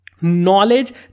knowledge